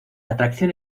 atracción